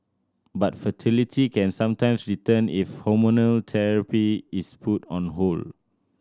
but fertility can sometimes return if hormonal therapy is put on hold